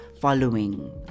following